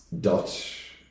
Dutch